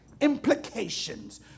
implications